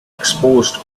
exposed